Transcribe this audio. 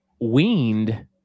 weaned